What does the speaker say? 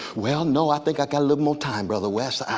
well no, i think i got a little more time brother west.